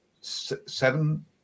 Seven